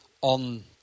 on